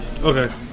Okay